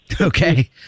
okay